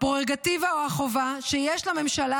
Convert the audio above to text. "עם הפררוגטיבה או החובה שיש לממשלה